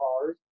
cars